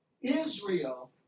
Israel